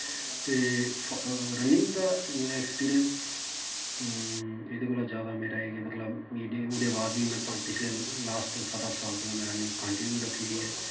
ते रनिंग दा अक्सपिरिंस एह्दे कोला मेरा एह् ऐ कि मतलब ओह्दे बाद बी में पिछले सत्त अट्ठ साल तो में रनिंग कांटिन्यू रक्खी दी ऐ